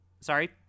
Sorry